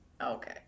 okay